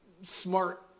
smart